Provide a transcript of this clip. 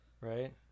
right